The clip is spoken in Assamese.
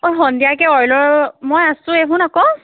অ'ই সন্ধিয়াকৈ অইলৰ মই আছোয়েই শুন আকৌ